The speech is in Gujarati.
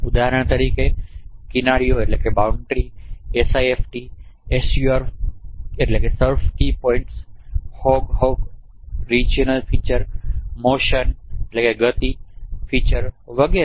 ઉદાહરણ તરીકે કિનારીઓ SIFT SURF key points HOG HOG પ્રાદેશિક ફીચર ગતિ ફીચર વગેરે